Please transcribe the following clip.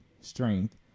strength